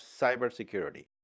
cybersecurity